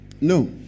No